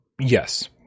yes